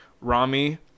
rami